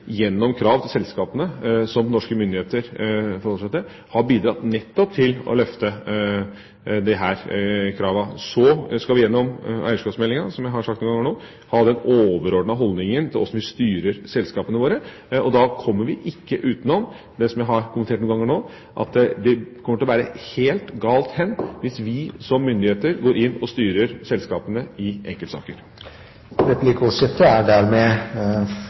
gjennom krav til de selskapene som norske myndigheter forholder seg til, har bidratt nettopp til å løfte disse kravene. Så skal vi gjennom eierskapsmeldinga, som jeg har sagt noen ganger nå, ha den overordnede holdninga til hvordan vi styrer selskapene våre. Da kommer vi ikke utenom det som jeg har kommentert noen ganger nå, at det kommer til å bære helt galt av sted hvis vi som myndigheter går inn og styrer selskapene i enkeltsaker. Replikkordskiftet er